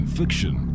fiction